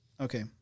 Okay